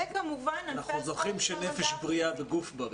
אנחנו זוכרים שנפש בריאה וגוף בריא.